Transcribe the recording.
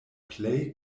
plej